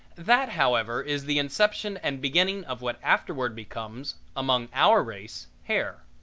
that, however is the inception and beginning of what afterward becomes, among our race, hair.